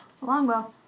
Longbow